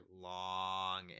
long